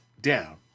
down